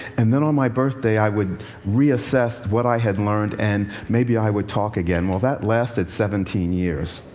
and then on my birthday i would reassess what i had learned and maybe i would talk again. well, that lasted seventeen years.